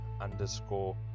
underscore